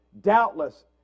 doubtless